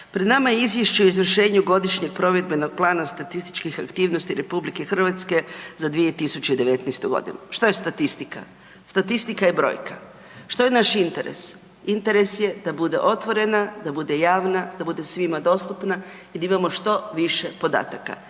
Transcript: Pred nama je Izvješće o izvršenju godišnjeg provedbenog plana statističkih aktivnosti RH za 2019.g. Što je statistika? Statistika je brojka. Što je naš interes? Interes je da bude otvorena, da bude javna, da bude svima dostupna i da imamo što više podataka.